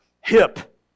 hip